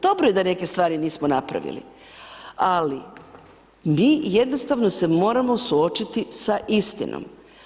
Dobro je da neke stvari nismo napravili, ali mi jednostavno se moramo suočiti sa istinom.